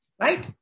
right